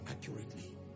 accurately